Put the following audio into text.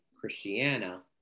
Christiana